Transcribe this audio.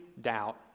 doubt